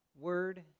word